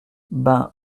ben